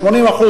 80%,